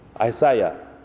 Isaiah